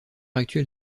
actuel